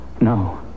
no